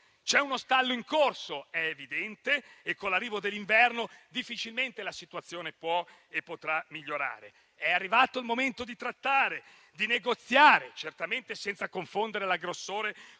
C'è uno stallo in corso, è evidente, e con l'arrivo dell'inverno difficilmente la situazione può e potrà migliorare. È arrivato il momento di trattare, di negoziare, certamente senza confondere l'aggressore